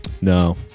No